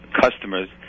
customers